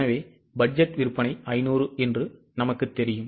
எனவே பட்ஜெட் விற்பனை 500 என்று நமக்குத் தெரியும்